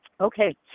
Okay